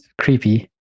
creepy